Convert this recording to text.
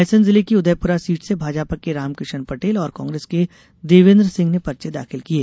रायसेन जिले की उदयपुरा सीट से भाजपा के रामकिशन पटेल और कांग्रेस के देवेन्द्र सिंह ने पर्चे दाखिल किये